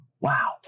Wow